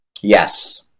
Yes